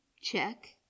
check